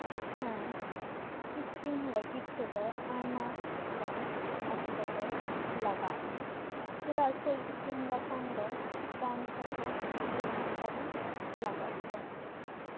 ᱦᱮᱸ ᱤᱥᱤᱱ ᱞᱟᱹᱜᱤᱫ ᱛᱮᱫᱚ ᱟᱭᱢᱟᱜᱟᱱ ᱚᱠᱛᱚ ᱜᱮ ᱞᱟᱜᱟᱜᱼᱟ ᱪᱮᱫᱟᱜ ᱥᱮ ᱤᱥᱤᱱ ᱵᱟᱥᱟᱝ ᱫᱚ ᱠᱚᱢ ᱥᱚᱠᱮ ᱫᱩ ᱜᱷᱚᱱᱴᱟ ᱫᱚ ᱞᱟᱜᱟᱜ ᱜᱮᱭᱟ